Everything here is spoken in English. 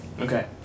Okay